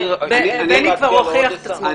בני כבר הוכיח את עצמו.